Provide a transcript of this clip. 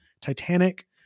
Titanic